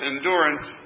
endurance